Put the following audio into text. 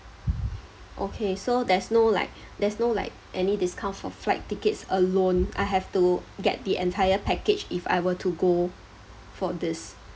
okay so there's no like there's no like any discount for flight tickets alone I have to get the entire package if I were to go for this